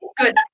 Good